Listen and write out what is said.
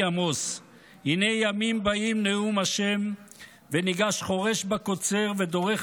עמוס: "הנה ימים באים נאום ה' ונגש חרש בקצר ודרך